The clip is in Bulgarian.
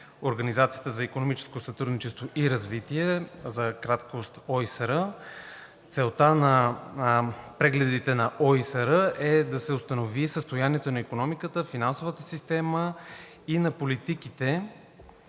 Организацията за икономическо сътрудничество и развитие – за краткост ОИСР. Целта на прегледите на ОИСР е да се установи състоянието на икономиката, финансовата система и на политиките